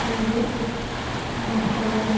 ꯇꯔꯨꯛ ꯃꯥꯄꯜ